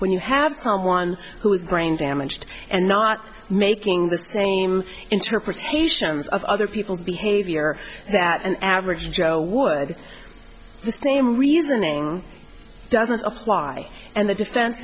when you have someone who is brain damaged and not making the same interpretations of other people's behavior that an average joe would the same reasoning doesn't apply and the defen